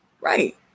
right